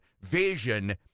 vision